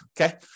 okay